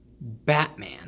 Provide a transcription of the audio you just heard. batman